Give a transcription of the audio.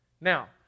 Now